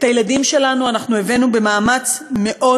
את הילדים שלנו אנחנו הבאנו במאמץ מאוד